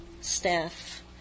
staff